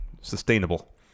sustainable